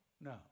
no